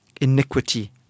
Iniquity